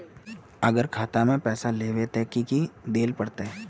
अगर खाता में पैसा लेबे ते की की देल पड़ते?